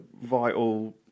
vital